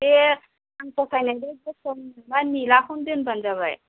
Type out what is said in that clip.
बे आं फसायनाय बे गोसोम बा निलाखौनो दोनबानो जाबाय